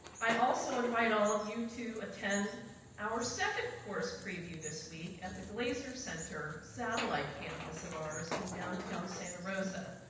i also invite all of you to attend our second course preview this week at the glaser center satellite campus of ours in downtown santa rosa.